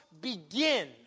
begin